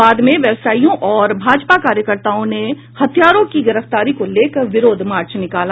बाद में व्यवसायियों और भाजपा कार्यकर्ताओं ने हत्यारों की गिरफ्तारी को लेकर विरोध मार्च निकाला